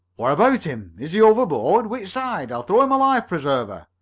what about him? is he overboard? which side? i'll throw him a life-preserver!